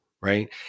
right